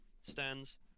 Stands